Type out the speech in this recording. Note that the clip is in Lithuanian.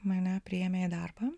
mane priėmė į darbą